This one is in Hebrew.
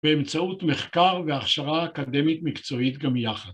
באמצעות מחקר ואכשרה אקדמית מקצועית גם יחד.